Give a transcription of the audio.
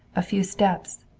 a few steps,